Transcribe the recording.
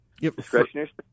discretionary